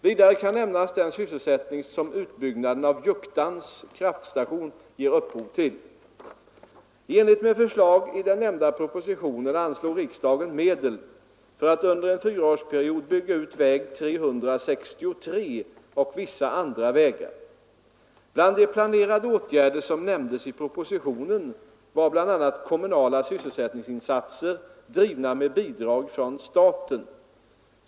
Vidare kan nämnas den sysselsättning som utbyggnaden av Juktans kraftstation ger upphov till. I enlighet med förslag i den nämnda propositionen anslog riksdagen medel för att under en fyraårsperiod bygga ut väg 363 och vissa andra vägar. Bland de planerade åtgärder som nämndes i propositionen var bl.a. kommunala sysselsättningsinsatser drivna med bidrag från staten.